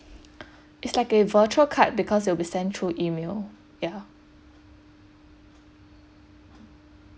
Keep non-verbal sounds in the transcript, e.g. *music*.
*breath* it's like a virtual card because it will be sent through email ya